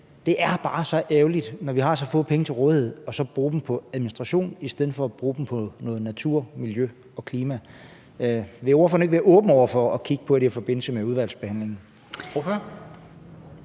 det er bare så ærgerligt, når vi har så få penge til rådighed, at bruge dem på administration i stedet for at bruge dem på noget natur, miljø og klima. Vil ordføreren ikke være åben over for at kigge på det i forbindelse med udvalgsbehandlingen?